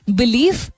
belief